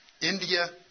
India